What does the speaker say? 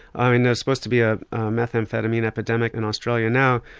i mean there's supposed to be a methamphetamine epidemic in australia now,